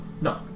No